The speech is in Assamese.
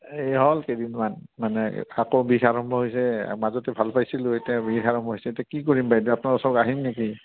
এই হ'ল কেইদিনমান মানে এই আকৌ বিষ আৰম্ভ হৈছে মাজতে ভাল পাইছিলোঁ আকৌ এতিয়া বিষ আৰম্ভ হৈছে এতিয়া কি কৰিম বাইদেউ আপনাৰ ওচৰত আহিম নেকি